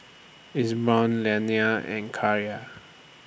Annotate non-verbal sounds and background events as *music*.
*unintelligible* Liana and *unintelligible*